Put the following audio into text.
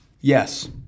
Yes